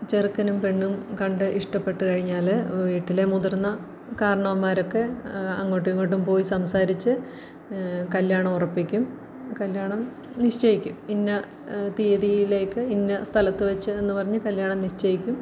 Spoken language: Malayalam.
ചെറുക്കനും പെണ്ണും കണ്ട് ഇഷ്ടപ്പെട്ടുകഴിഞ്ഞാൽ വീട്ടിലെ മുതിർന്ന കാരണവന്മാരൊക്കെ അങ്ങോട്ടും ഇങ്ങോട്ടും പോയി സംസാരിച്ച് കല്യാണം ഉറപ്പിക്കും കല്യാണം നിശ്ചയിക്കും ഇന്ന തിയ്യതിയിലേക്ക് ഇന്ന സ്ഥലത്ത് വെച്ച് എന്ന് പറഞ്ഞ് കല്യാണം നിശ്ചയിക്കും